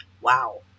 Wow